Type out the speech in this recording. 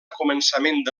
començaments